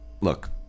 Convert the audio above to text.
look